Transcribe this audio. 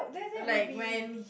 I'm like when